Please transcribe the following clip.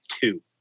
two